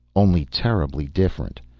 only terribly different.